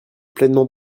pleinement